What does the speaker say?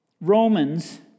Romans